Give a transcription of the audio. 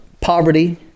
poverty